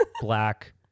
black